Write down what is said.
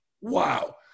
wow